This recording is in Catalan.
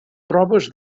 proves